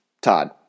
todd